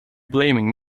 blaming